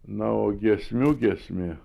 na o giesmių giesmė